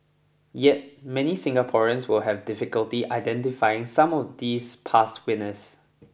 yet many Singaporeans will have difficulty identifying some of these past winners